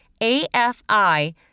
AFI